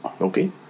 Okay